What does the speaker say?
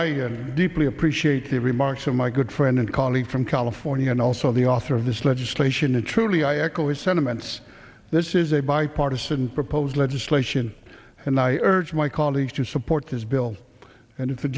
i deeply appreciate the remarks of my good friend and colleague from california and also the author of this legislation to truly i echo his sentiments this is a bipartisan proposed legislation and i urge my colleagues to support this bill and if